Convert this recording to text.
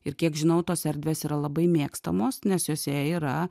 ir kiek žinau tos erdvės yra labai mėgstamos nes jose yra